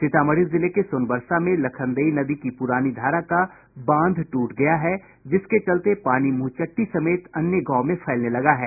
सीतामढ़ी जिले के सोनबरसा में लखनदेई नदी की प्रानी धारा का बांध टूट गया है जिसके चलते पानी मुंहचट्टी समेत अन्य गांव में फैलने लगा है